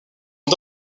ont